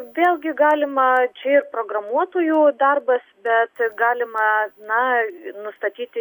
vėlgi galima čia ir programuotojų darbas bet galima na nustatyti